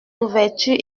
d’ouverture